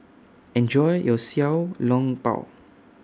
Enjoy your Xiao Long Bao